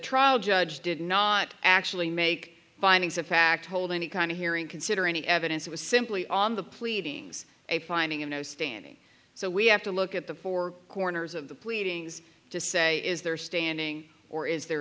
trial judge did not actually make findings of fact hold any kind of hearing consider any evidence it was simply on the pleadings a finding of no standing so we have to look at the four corners of the pleadings to say is there standing or is there